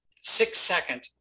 six-second